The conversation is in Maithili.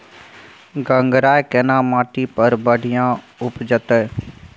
गंगराय केना माटी पर बढ़िया उपजते?